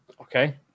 Okay